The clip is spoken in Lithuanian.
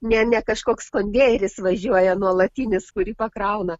ne ne kažkoks konvejeris važiuoja nuolatinis kurį pakrauna